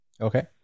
Okay